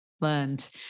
learned